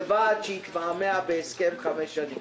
וועד שהתמהמה בהסכם חמש שנים.